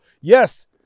Yes